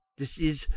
this is,